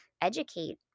educate